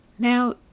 Now